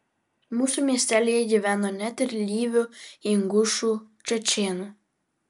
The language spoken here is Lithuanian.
mūsų miestelyje gyveno net ir lyvių ingušų čečėnų